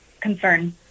concern